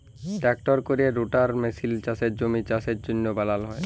ট্রাক্টরে ক্যরে রোটাটার মেসিলে চাষের জমির চাষের যগ্য বালাল হ্যয়